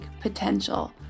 potential